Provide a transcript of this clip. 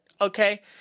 okay